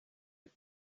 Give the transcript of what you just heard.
and